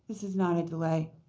is not a delay.